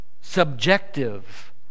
subjective